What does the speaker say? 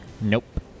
Nope